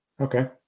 Okay